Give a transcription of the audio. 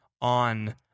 on